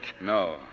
No